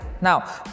Now